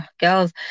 girls